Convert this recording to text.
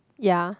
ya